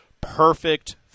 perfect